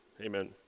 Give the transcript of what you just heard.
Amen